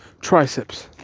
triceps